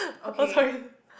oh sorry